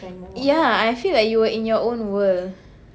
ya I feel like you were in your own world